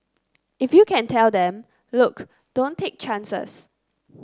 if you can tell them look don't take chances